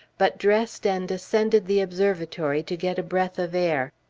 but dressed and ascended the observatory to get a breath of air.